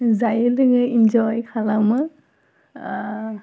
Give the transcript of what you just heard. जायै लोङै इनजय खालामो